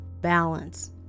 balance